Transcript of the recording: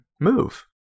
move